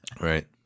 Right